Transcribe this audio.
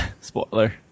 Spoiler